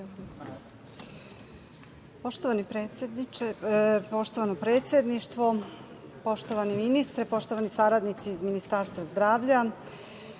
poštovano predsedništvo, poštovani ministre, poštovani saradnici iz Ministarstva zdravlja,